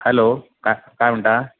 hello का काय म्हणत